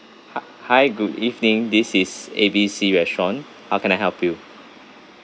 ha hi good evening this is A B C restaurant how can I help you